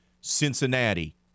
Cincinnati